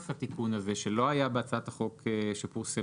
התיקון הזה שלא היה בהצעת החוק שפורסמה,